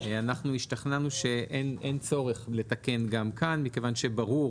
אנחנו השתכנענו שאין צורך לתקן גם כאן מכיוון שברור